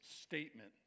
statement